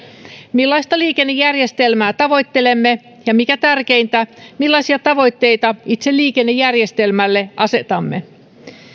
millaista liikennejärjestelmää tavoittelemme ja mikä tärkeintä millaisia tavoitteita itse liikennejärjestelmälle asetamme